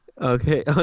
Okay